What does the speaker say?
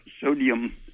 sodium